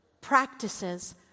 practices